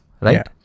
right